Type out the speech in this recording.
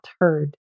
heard